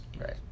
right